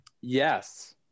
Yes